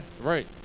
right